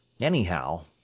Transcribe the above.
Anyhow